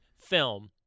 film